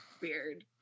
weird